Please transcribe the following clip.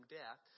death